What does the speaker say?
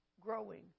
growing